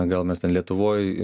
gal mes ten lietuvoj